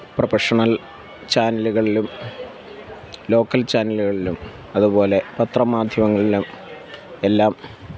professional ചാനലുകളിലും local ചാനലുകളിലും അതുപോലെ പത്ര മാധ്യമങ്ങളിലും എല്ലാം